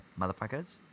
motherfuckers